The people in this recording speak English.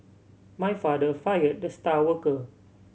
my father fired the star worker